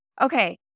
Okay